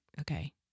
Okay